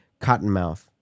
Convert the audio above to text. Cottonmouth